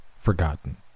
forgotten